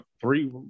three